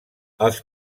els